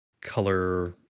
color